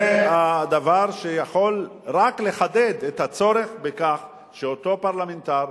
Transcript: זה הדבר שיכול רק לחדד את הצורך בכך שאותו פרלמנטר,